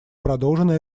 продолжена